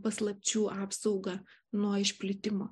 paslapčių apsaugą nuo išplitimo